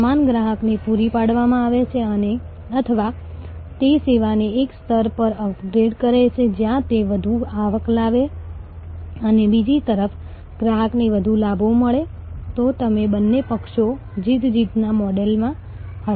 આ કોર્સ માટે અમે જે પાઠ્ય પુસ્તકનો ઉપયોગ કરી રહ્યા છીએ તેમાં પ્રકરણ નંબર 12 પર કેટલીક રસપ્રદ બાબતો છે જે સંબંધોને સંચાલિત કરવા અને વફાદારી બનાવવા સંબંધિત પ્રકરણ છે